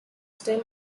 still